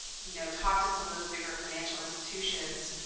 you know, talk to some of those bigger financial institutions,